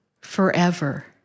forever